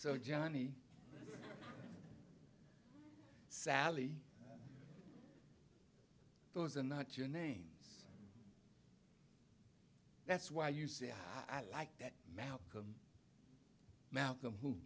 so johnny sally those are not your names that's why you say i like that malcolm malcolm who